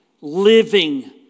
living